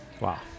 Wow